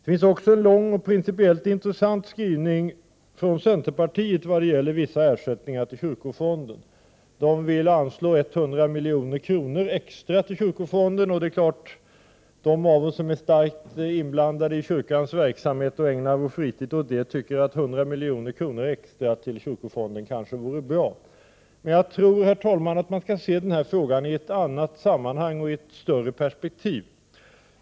Det finns också en lång och principiellt intressant motion från centerpartiet när det gäller vissa ersättningar till kyrkofonden. Motionärerna vill anslå 100 miljoner extra till kyrkofonden. De av oss som är starkt inblandade i kyrkans verksamhet och ägnar vår fritid åt den tycker naturligtvis att 100 milj.kr. extra till kyrkofonden kanske vore bra. Men jag tror, herr talman, att man skall sätta in den här frågan i ett annat sammanhang och se den i ett större perspektiv.